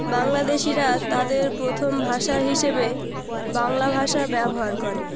বাংলাদেশিরা তাদের প্রথম ভাষা হিসেবে বাংলা ভাষা ব্যবহার করে